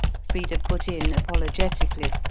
frida put in apologetically,